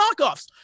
knockoffs